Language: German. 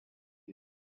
ist